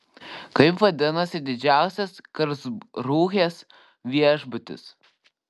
kaip vadinasi didžiausias karlsrūhės viešbutis